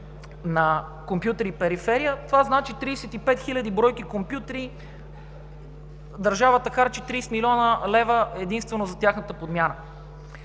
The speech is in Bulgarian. на компютри и периферия това значи 35 хиляди бройки компютри – държавата харчи 30 млн. лв. единствено за тяхната подмяна